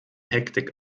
hektik